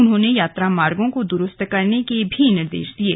उन्होंने यात्रा मार्गो को द्रुस्त करने के भी निर्देश दिये